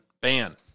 ban